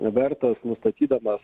vertas nustatydamas